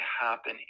happen